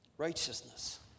righteousness